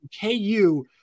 KU